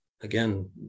again